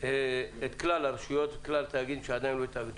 את כלל הרשויות שעדיין לא התאגדו.